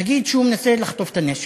נגיד שהוא מנסה לחטוף את הנשק,